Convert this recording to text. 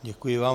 Děkuji vám.